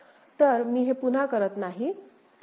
तर मी हे पुन्हा करत नाही